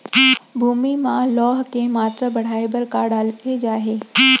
भूमि मा लौह के मात्रा बढ़ाये बर का डाले जाये?